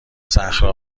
صخره